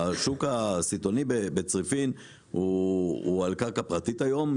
השוק הסיטונאי בצריפין הוא על קרקע פרטית היום.